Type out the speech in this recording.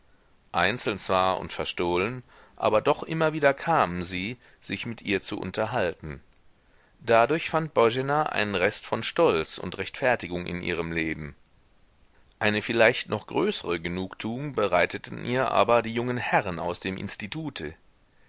einzeln zwar und verstohlen aber doch immer wieder kamen sie sich mit ihr zu unterhalten dadurch fand boena einen rest von stolz und rechtfertigung in ihrem leben eine vielleicht noch größere genugtuung bereiteten ihr aber die jungen herren aus dem institute